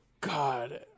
God